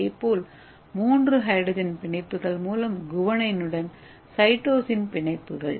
இதேபோல் மூன்று ஹைட்ரஜன் பிணைப்புகள் மூலம் குவானைனுடன் சி உடன் ஜி சைட்டோசின் பிணைப்புகள்